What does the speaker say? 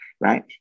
right